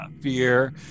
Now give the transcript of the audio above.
fear